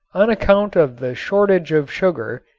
on account of the shortage of sugar,